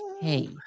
hey